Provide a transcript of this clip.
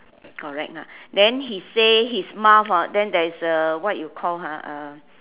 correct ah then he say his mouth ah then there's a what you call ah uh